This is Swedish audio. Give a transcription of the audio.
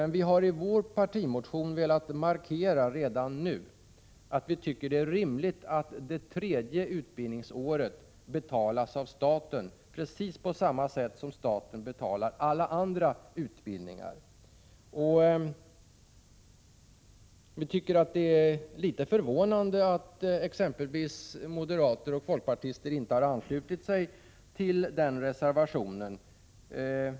I vår partimotion har vi dock velat markera redan nu att vi tycker att det är rimligt att det tredje utbildningsåret betalas av staten, precis på samma sätt som staten betalar alla andra utbildningar. Vi tycker att det är litet förvånande att moderater och folkpartister inte har anslutit sig till den reservationen.